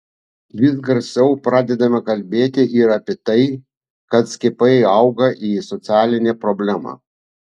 vis garsiau pradedame kalbėti ir apie tai kad skiepai auga į socialinę problemą